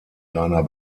seiner